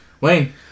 Wayne